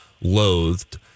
loathed